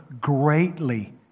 greatly